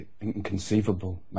inconceivable